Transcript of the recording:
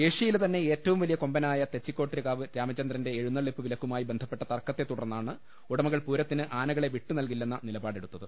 ഏഷ്യയിലെ തന്നെ ഏറ്റവും വലിയ കൊമ്പനായ തെച്ചി ക്കോട്ട്കാവ് രാമചന്ദ്രന്റെ യുടെ എഴുന്നള്ളിപ്പ് വിലക്കുമായി ബന്ധ പ്പെട്ട തർക്കത്തെ തുടർന്നാണ് ഉടമകൾ പൂരത്തിന് ആനകളെ വിട്ടു നൽകില്ലെന്ന നിലപാടെടുത്തത്